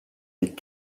les